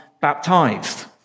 baptized